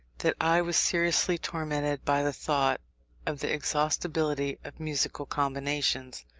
that i was seriously tormented by the thought of the exhaustibility of musical combinations.